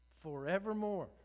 forevermore